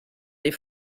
des